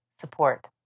support